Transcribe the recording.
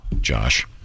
Josh